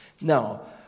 Now